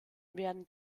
werden